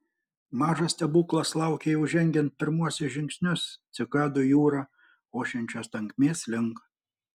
mažas stebuklas laukė jau žengiant pirmuosius žingsnius cikadų jūra ošiančios tankmės link